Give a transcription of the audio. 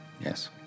Yes